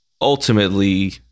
Ultimately